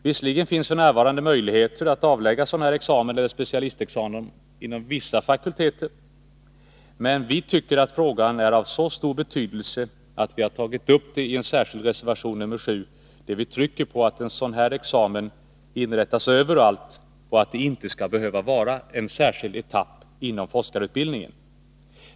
Visserligen finns f.n. möjligheter att avlägga sådan här mellanexamen eller specialistexamen inom vissa fakulteter, men vi tycker att frågan är av så stor betydelse att vi har tagit upp den i en särskild reservation, nr 7, där vi trycker på att en sådan här examen inrättas överallt och att den inte skall behöva vara en särskild etapp inom forskarutbildningen.